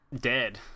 dead